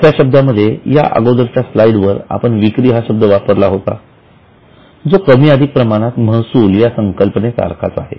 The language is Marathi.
सोप्या शब्दांमध्ये या अगोदरच्या स्लाईडवर आपण विक्री हा शब्द वापरला होता जो कमी अधिक प्रमाणात महसूल या संकल्पनेसारखाच आहे